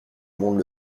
monde